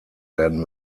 werden